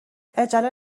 عجله